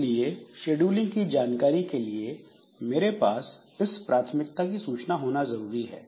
इसलिए शेड्यूलिंग की जानकारी के लिए मेरे पास इस प्राथमिकता की सूचना होना जरूरी है